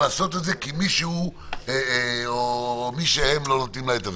לעשות את זה כי מישהו או מי שהם לא נותנים לה את זה.